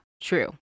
true